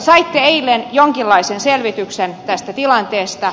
saitte eilen jonkinlaisen selvityksen tästä tilanteesta